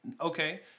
okay